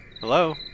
Hello